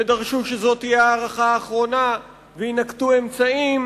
ודרשו שזאת תהיה הארכה אחרונה, ויינקטו אמצעים.